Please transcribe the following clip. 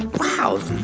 and wow.